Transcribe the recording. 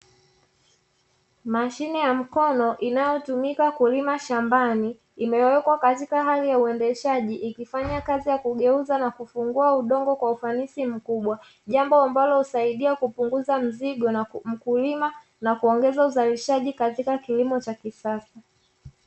Mashine ya mkono inayotumika kulima shambani imewekwa katika hali ya uendeshaji ikifanya kazi ya kugeuza na kufungua udongo kwa ufanisi mkubwa, jambo ambalo husaidia kupunguza mzigo na mkulima na kuongeza uzalishaji katika kilimo cha kisasa.